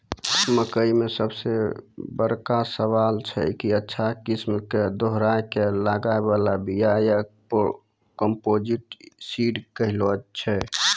मकई मे सबसे बड़का सवाल छैय कि अच्छा किस्म के दोहराय के लागे वाला बिया या कम्पोजिट सीड कैहनो छैय?